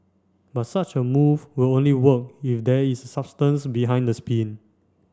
but such a move will only work if there is substance behind the spin